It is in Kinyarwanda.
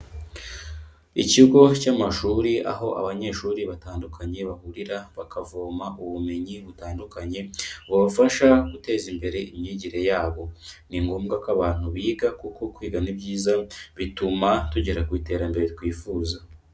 Ikigo cy'amashuri aho abanyeshuri batandukanye bahurira bakavoma ubumenyi butandukanye bubafasha guteza imbere imyigire yabo, ni ngombwa ko abantu biga kuko kwiga ni byiza bituma tugera ku iterambere twifuza.